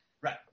Right